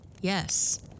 yes